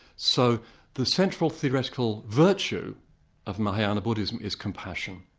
so the central theoretical virtue of mahayana buddhism is compassion.